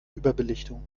überbelichtung